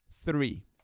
three